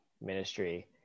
ministry